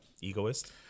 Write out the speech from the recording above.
egoist